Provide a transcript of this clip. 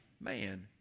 Man